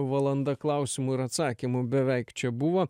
valanda klausimų ir atsakymų beveik čia buvo